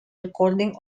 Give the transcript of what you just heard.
recording